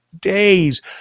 days